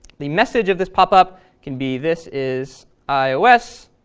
the message of this popup can be this is ios.